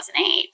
2008